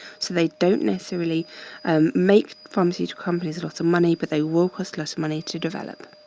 so they don't necessarily make the pharmaceutical companies lots of money but they will cost lots of money to develop.